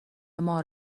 مار